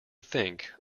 think